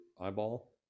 eyeball